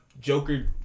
Joker